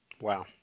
Wow